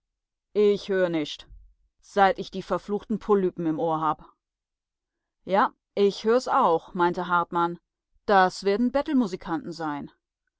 ich hör nischt seit ich die verfluchten polypen im ohre hab ja ich hör's auch meinte hartmann das werd'n bettelmusikanten sein